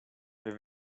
wir